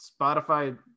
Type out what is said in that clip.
spotify